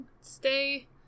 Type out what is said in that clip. stay